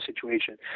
situation